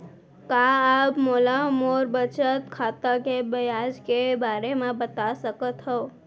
का आप मोला मोर बचत खाता के ब्याज के बारे म बता सकता हव?